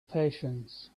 patience